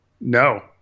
No